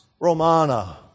Romana